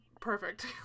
perfect